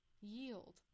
yield